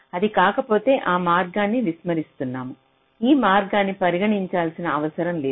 అది కాకపోతే ఆ మార్గాన్ని విస్మరిస్తున్నాం ఆ మార్గాన్ని పరిగణించాల్సిన అవసరం లేదు